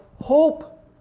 hope